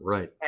Right